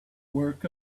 work